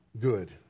good